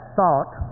thought